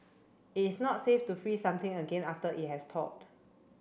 it's not safe to freeze something again after it has thawed